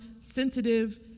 sensitive